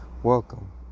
Welcome